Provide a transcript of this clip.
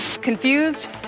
Confused